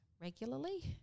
regularly